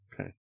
okay